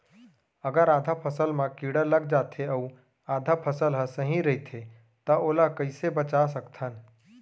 अगर आधा फसल म कीड़ा लग जाथे अऊ आधा फसल ह सही रइथे त ओला कइसे बचा सकथन?